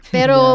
Pero